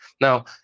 Now